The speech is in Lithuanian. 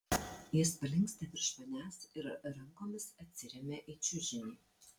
jis palinksta virš manęs ir rankomis atsiremia į čiužinį